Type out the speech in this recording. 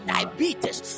Diabetes